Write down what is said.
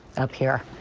up here.